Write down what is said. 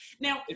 Now